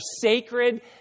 sacred